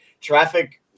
traffic –